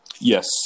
Yes